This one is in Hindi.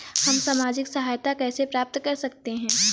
हम सामाजिक सहायता कैसे प्राप्त कर सकते हैं?